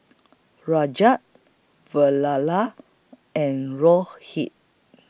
Rajat and Rohit